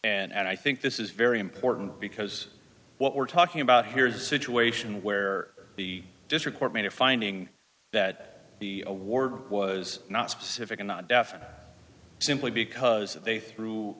and i think this is very important because what we're talking about here is a situation where the district court made a finding that the award was not specific and not definite simply because they threw